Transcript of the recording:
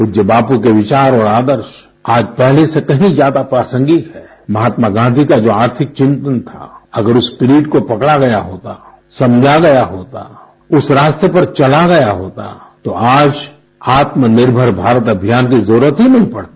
पूज्य बापू के विचार और आदर्श आज पहले से कहीं ज्यादा प्रासंगिक हैं महात्मा गाँधी का जो आर्थिक चिन्तन था अगर उस स्प्रिट को पकड़ा गया होता समझा गया होता उस रास्ते पर चला गया होता तो आज आत्मनिर्भर भारत अभियान की जरूरत ही नहीं पड़ती